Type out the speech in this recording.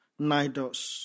Nidos